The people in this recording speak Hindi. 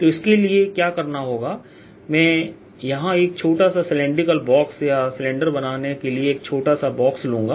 तो इसके लिए क्या करना होगा मैं यहाँ एक छोटा सा सिलैंडरिकल बॉक्स या सिलेंडर बनाने के लिए एक छोटा सा बॉक्स लूंगा